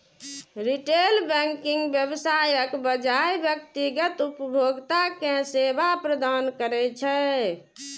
retail banking व्यवसायक बजाय व्यक्तिगत उपभोक्ता कें सेवा प्रदान करै छै